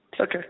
Okay